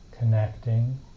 connecting